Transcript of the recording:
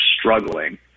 struggling